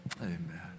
Amen